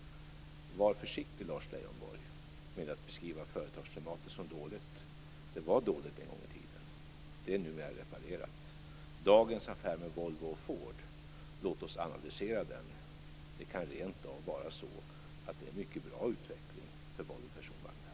Var försiktig, Lars Leijonborg, med att beskriva företagsklimatet som dåligt! Det var dåligt en gång i tiden, men det är numera reparerat. Låt oss analysera dagens affär med Volvo och Ford. Det kan rent av vara så att den ger en mycket bra utveckling för Volvo Personvagnar.